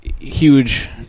huge